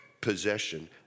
possession